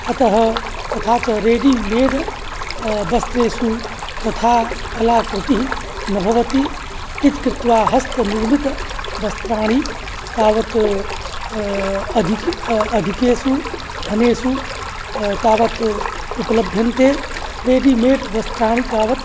अतः तथा च रेडिमेड् वस्त्रेषु तथा कलाकृतिः न भवति इति कृत्वा हस्तनिर्मितवस्त्राणि तावत् अधिकि अधिकेषु धनेषु तावत् उपलभ्यन्ते रेडिमेड् वस्त्राणि तावत्